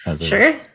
Sure